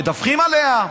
אבל אנחנו גם מדווחים עליה,